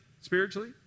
spiritually